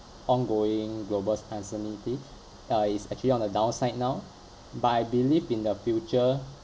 ongoing global uncertainty uh it's actually on the downside now but I believe in the future